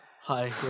Hi